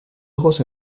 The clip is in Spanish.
ojos